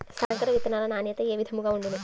సంకర విత్తనాల నాణ్యత ఏ విధముగా ఉండును?